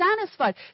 satisfied